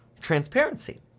transparency